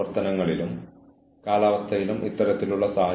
അച്ചടക്കത്തിന്റെ അടിസ്ഥാന മാനദണ്ഡങ്ങൾ